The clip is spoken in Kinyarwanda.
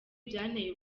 byanteye